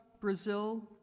Brazil